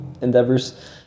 endeavors